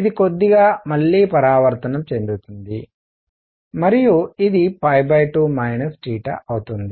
ఇది కొద్దిగా మళ్లీ పరావర్తనం చెందుతుంది మరియు ఇది 2 అవుతుంది